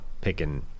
picking